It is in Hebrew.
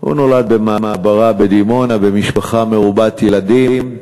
הוא נולד במעברה בדימונה, במשפחה מרובת ילדים,